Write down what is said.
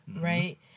right